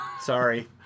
Sorry